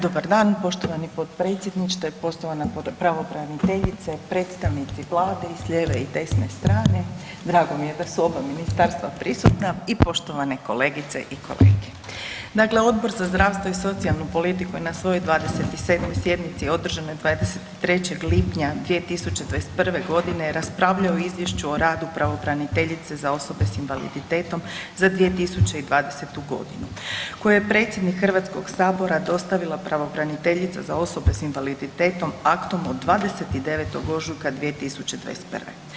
Dobar dan, poštovani potpredsjedniče, poštovana pravobraniteljice, predstavnici Vlade i s lijeve i desne strane, drago mi je da su oba ministarstva prisutna i poštovane kolegice i kolege, dakle Odbor za zdravstvo i socijalnu politiku je na svojoj 27. sjednici održanoj 23. lipnja 2021. godine raspravljao o Izvješću o radu pravobraniteljice za osobe s invaliditetom za 2020. godinu koje je predsjedniku Hrvatskog sabora dostavila pravobraniteljica za osobe s invaliditetom aktom od 29. ožujka 2021.